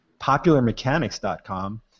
popularmechanics.com